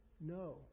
No